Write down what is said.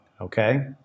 okay